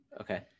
Okay